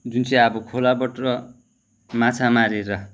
जुन चाहिँ अब खोलाबाट माछा मारेर